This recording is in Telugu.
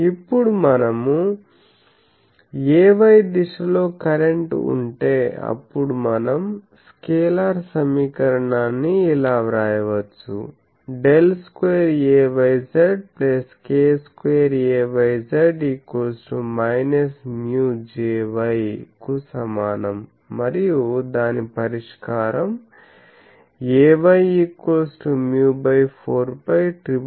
ఇప్పుడు మనకు Ay దిశ లో కరెంట్ ఉంటే అప్పుడు మనము స్కేలార్ సమీకరణాన్ని ఇలా వ్రాయవచ్చు ∇2 Ayz k 2 Ayz μ jy కు సమానం మరియు దాని పరిష్కారం